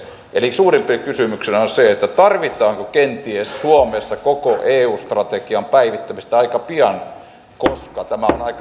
eli suurimpana kysymyksenä on se että tarvitaanko kenties suomessa koko eu strategian päivittämistä aika pian koska tämä on aika suuri muutos